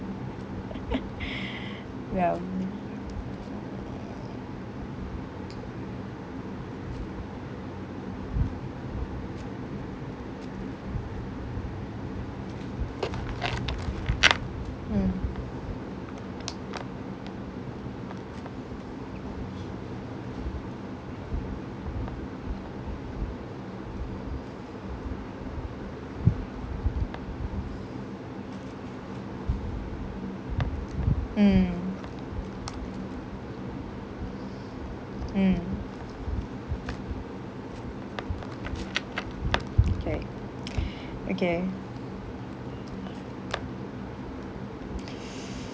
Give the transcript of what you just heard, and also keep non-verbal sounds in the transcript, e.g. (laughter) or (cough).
(laughs) ya hmm mm mm K (breath) okay (breath)